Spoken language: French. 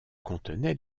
contenait